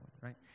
right